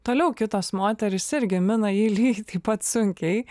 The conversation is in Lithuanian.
toliau kitos moterys irgi mina jį lygiai taip pat sunkiai